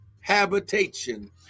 habitation